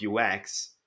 UX